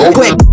quick